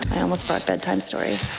i almost brought bedtime stories.